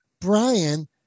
brian